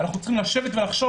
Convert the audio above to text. אנחנו צריכים לשבת ולחשוב.